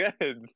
good